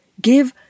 Give